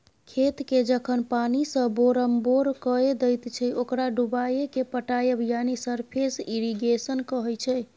खेतकेँ जखन पानिसँ बोरमबोर कए दैत छै ओकरा डुबाएकेँ पटाएब यानी सरफेस इरिगेशन कहय छै